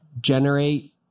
generate